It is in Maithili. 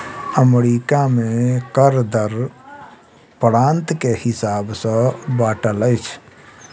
अमेरिका में कर दर प्रान्त के हिसाब सॅ बाँटल अछि